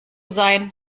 sein